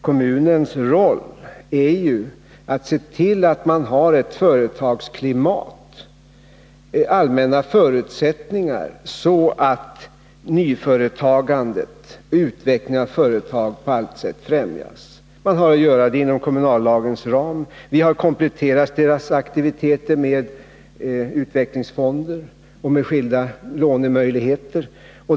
Kommunens roll är ju att skapa ett sådant företagsklimat och sådana allmänna förutsättningar att nyföretagandet och utvecklingen av företag på allt sätt främjas. Kommunen har att göra detta inom kommunallagens ram. Vi har kompletterat kommunernas aktiviteter med utvecklingsfonder och särskilda lånemöjligheter.